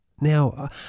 now